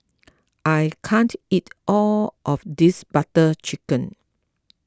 I can't eat all of this Butter Chicken